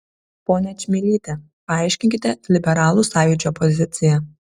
ponia čmilyte paaiškinkite liberalų sąjūdžio poziciją